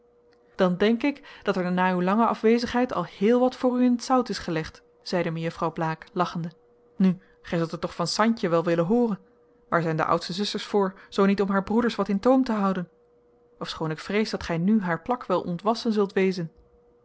dan denk ik dat er na uw lange afwezigheid al heel wat voor u in t zout is gelegd zeide mejuffrouw blaek lachende nu gij zult het toch van santje wel willen hooren waar zijn de oudste zusters voor zoo niet om haar broeders wat in toom te houden ofschoon ik vrees dat gij nu haar plak wel ontwassen zult wezen